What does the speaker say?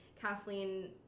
Kathleen